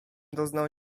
doznał